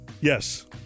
Yes